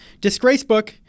Disgracebook